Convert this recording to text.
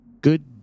Good